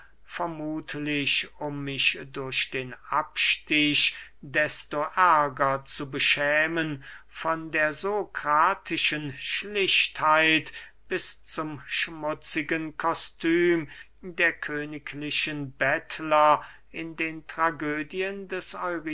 vermuthlich um mich durch den abstich desto ärger zu beschämen von der sokratischen schlichtheit bis zum schmutzigen kostum der königlichen bettler in den tragödien des